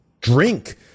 drink